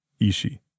Ishi